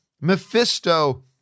Mephisto